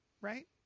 right